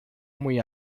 muy